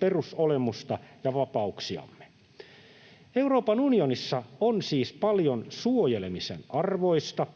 perusolemusta ja vapauksiamme. Euroopan unionissa on siis paljon suojelemisen arvoista.